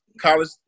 college